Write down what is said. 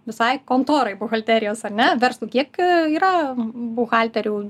visai kontorai buhalterijos ar ne verslų kiek yra buhalterių